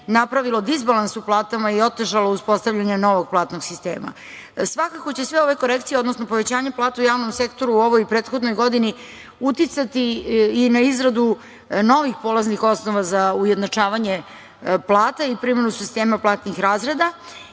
napravilo disbalans u platama i otežalo uspostavljanje novog platnog sistema. Svakako će sve ove korekcije, odnosno povećanje plata u javnom sektoru u ovoj i prethodnoj godini uticati i na izradu novih polaznih osnova za ujednačavanje plata i primenu sistema platnih razreda.